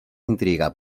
intriga